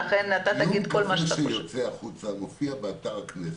דיון כזה יוצא החוצה ומופיע באתר הכנסת.